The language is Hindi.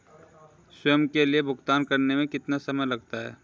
स्वयं के लिए भुगतान करने में कितना समय लगता है?